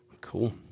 Cool